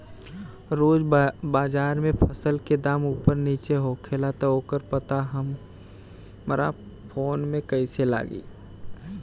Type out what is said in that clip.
रोज़ बाज़ार मे फसल के दाम ऊपर नीचे होखेला त ओकर पता हमरा फोन मे कैसे लागी?